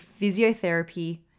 physiotherapy